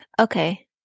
okay